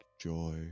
joy